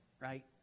right